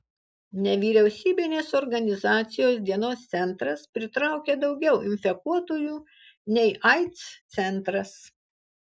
nevyriausybinės organizacijos dienos centras pritraukia daugiau infekuotųjų nei aids centras